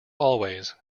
always